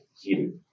heated